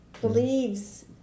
believes